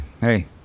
hey